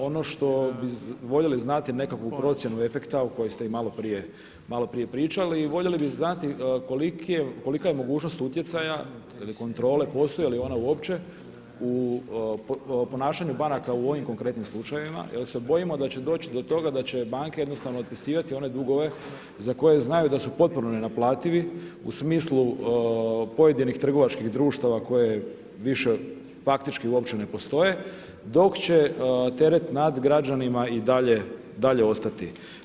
Ono što bi voljeli znati, nekakvu procjenu efekta o kojoj ste i malo prije pričali i voljeli bi znati kolika je mogućnost utjecaja ili kontrole, postoji li ona uopće u ponašanju banaka u ovim konkretnim slučajevima jer se bojimo da će doći do toga da će banke jednostavno otpisivati one dugove za koje znaju da su potpuno nenaplativi u smislu pojedinih trgovačkih društava koje više faktički uopće ne postoje dok će teret nad građanima i dalje ostati.